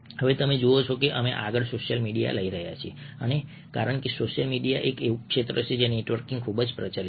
હવે તમે જુઓ છો કે અમે આગળ સોશિયલ મીડિયા લઈ રહ્યા છીએ અને કારણ કે સોશિયલ મીડિયા એક એવું ક્ષેત્ર છે જ્યાં નેટવર્કિંગ ખૂબ જ પ્રચલિત છે